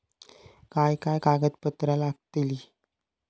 काय काय कागदपत्रा लागतील?